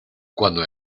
cuando